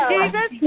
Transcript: Jesus